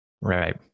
Right